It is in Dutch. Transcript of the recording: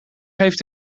heeft